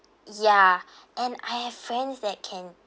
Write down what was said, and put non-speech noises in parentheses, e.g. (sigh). ya (breath) and I have friends that can